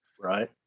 right